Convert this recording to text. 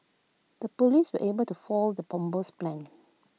the Police were able to foil the bomber's plans